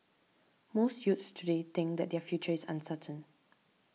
most youths today think that their future is uncertain